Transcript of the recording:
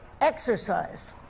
Exercise